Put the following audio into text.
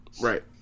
Right